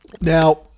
Now